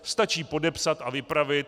Stačí podepsat a vypravit.